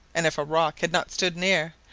and if a rock had not stood near,